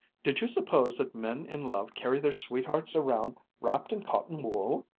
did you suppose that men in love carry their sweethearts around wrapped in cotton-wool?